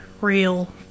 real